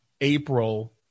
April